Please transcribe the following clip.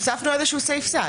הוספנו איזשהו סעיף סל.